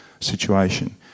situation